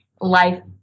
life